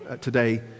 today